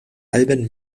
alben